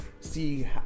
See